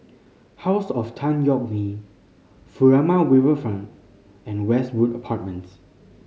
House of Tan Yeok Nee Furama Riverfront and Westwood Apartments